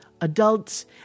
adults